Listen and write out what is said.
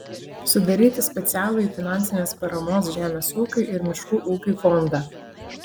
sudaryti specialųjį finansinės paramos žemės ūkiui ir miškų ūkiui fondą